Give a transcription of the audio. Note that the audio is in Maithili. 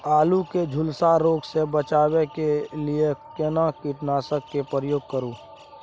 आलू के झुलसा रोग से बचाबै के लिए केना कीटनासक के प्रयोग करू